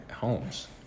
homes